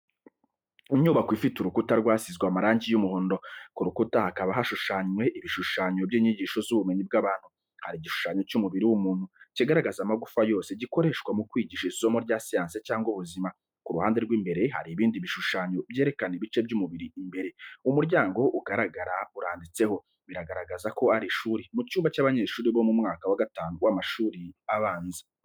Inyubako ifite urukuta rwasizwe amarangi y’umuhondo, ku rukuta hakaba hashushanywe ibishushanyo by’inyigisho z’ubumenyi bw’abantu. Hari igishushanyo cy’umubiri w’umuntu kigaragaza amagufwa yose, gikoreshwa mu kwigisha isomo rya siyansi cyangwa ubuzima. Ku ruhande rw’imbere hari ibindi bishushanyo byerekana ibice by’umubiri imbere. Umuryango ugaragara uranditseho, bigaragaza ko ari ishuri, mu cyumba cy’abanyeshuri bo mu mwaka wa gatanu w’amashuri abanza.